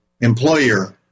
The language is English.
employer